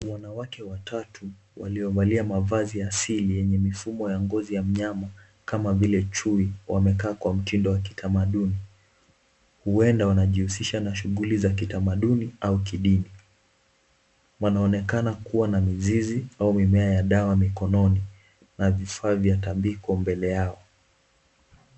Wanawake watatu waliovalia mavazi asili yenye mifumo ya ngozi ya mnyama kama vile chui wamekaa kwa mtindo wa kitamaduni, huenda wanajihusisha na shughuli za kitamaduni au kidini. Wanaonekana kuwa na mizizi au mimea ya dawa mikononi na vifaa vya tambiko mbele yao.